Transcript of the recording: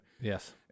Yes